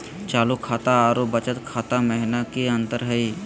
चालू खाता अरू बचत खाता महिना की अंतर हई?